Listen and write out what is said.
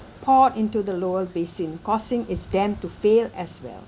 poured into the lower basin causing its dam to fail as well